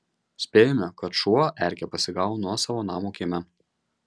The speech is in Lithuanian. spėjame kad šuo erkę pasigavo nuosavo namo kieme